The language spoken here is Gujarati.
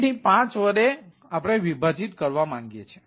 તેથી 5 વડે કરવા માંગીએ છીએ